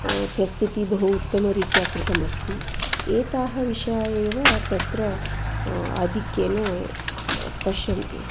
प्रस्तुतिः बहु उत्तमरीत्या कृतमस्ति एताः विषयाः एव तत्र आधिक्येन पश्यन्ति